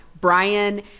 Brian